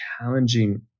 challenging